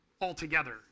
altogether